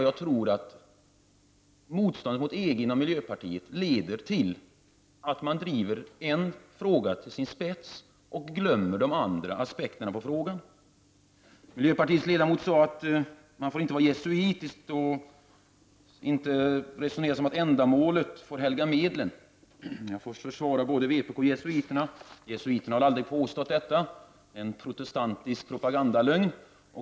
Jag tror att motståndet inom miljöpartiet mot EG leder till att man driver en viss del av en fråga till sin spets och glömmer de övriga aspekterna på den. Miljöpartiets företrädare sade att man inte får vara jesuitisk och säga att ändamålet helger medlen. Jag får försvara både vpk och jesuiterna. De senare har aldrig påstått detta. Det är en protestantisk propagandalögn.